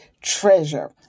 treasure